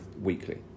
weekly